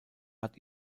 hat